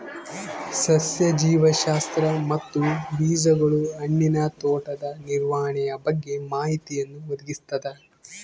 ಸಸ್ಯ ಜೀವಶಾಸ್ತ್ರ ಮತ್ತು ಬೀಜಗಳು ಹಣ್ಣಿನ ತೋಟದ ನಿರ್ವಹಣೆಯ ಬಗ್ಗೆ ಮಾಹಿತಿಯನ್ನು ಒದಗಿಸ್ತದ